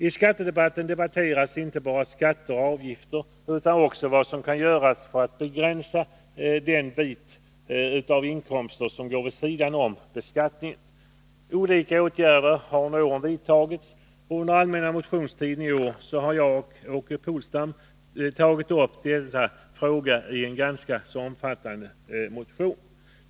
I skattedebatten debatteras inte bara skatter och avgifter utan också vad som kan göras för att begränsa den del av inkomsterna som går vid sidan om beskattningen. Olika åtgärder har under åren vidtagits, och under allmänna motionstiden i år har jag och Åke Polstam tagit upp just denna fråga i en ganska omfattande motion.